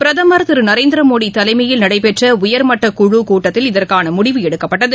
பிரதமர் திரு நரேந்திர மோடி தலைமையில் நடைபெற்ற உயர்மட்டக்குழு கூட்டத்தில் இதற்கான முடிவு எடுக்கப்பட்டது